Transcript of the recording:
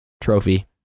trophy